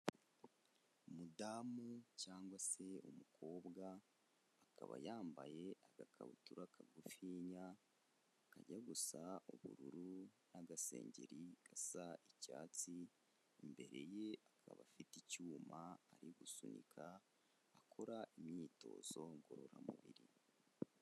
Umudamu cyangwa se umukobwa, akaba yambaye agakabutura kagufinya, kajya gusa ubururu n'agasengeri gasa icyatsi, imbere ye akaba afite icyuma ari gusunika, akora imyitozo ngororamubiri.